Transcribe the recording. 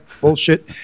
bullshit